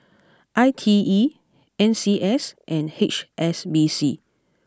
I T E N C S and H S B C